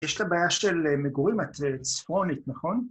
יש לה בעיה של מגורים, את צפונית, נכון?